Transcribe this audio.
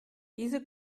diese